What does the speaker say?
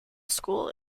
school